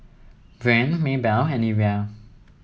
Breanne Maybelle and Evia